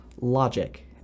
logic